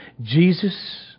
Jesus